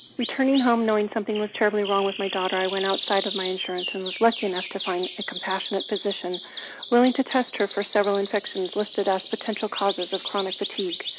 returning home knowing something was terribly wrong with my daughter, i went outside of my insurance and was lucky enough to find a compassionate physician willing to test her for several infections listed as potential causes of chronic fatigue.